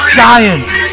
giants